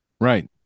right